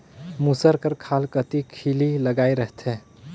मूसर कर खाल कती खीली लगाए रहथे